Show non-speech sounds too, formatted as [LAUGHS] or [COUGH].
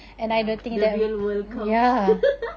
ya the real world comes [LAUGHS]